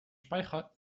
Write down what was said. speicher